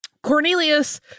Cornelius